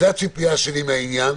זו הציפייה שלי מהעניין,